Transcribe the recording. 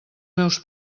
meus